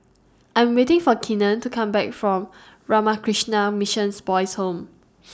I'm waiting For Keenen to Come Back from Ramakrishna Missions Boys' Home